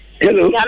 Hello